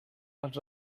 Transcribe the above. als